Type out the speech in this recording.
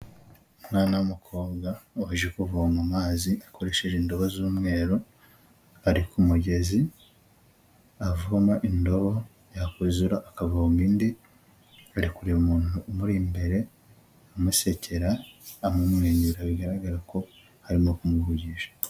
Umwana w'umukobwa aje kuvoma mazi akoresheje indobo z'umweru, ariko umugezi avoma indobo yakuzura akavoma indi, ari kureba umuntu umuri imbere, amusekera, amumwenyura bigaragara ko arimo kumuvugisha.